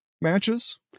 matches